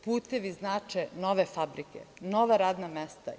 Putevi znače nove fabrike, nova radna mesta.